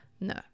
No